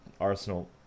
arsenal